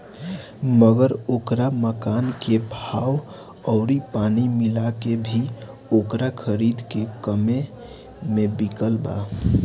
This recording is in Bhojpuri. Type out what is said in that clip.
मगर ओकरा मकान के भाव अउरी पानी मिला के भी ओकरा खरीद से कम्मे मे बिकल बा